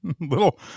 little